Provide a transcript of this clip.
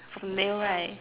the nail right